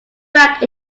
back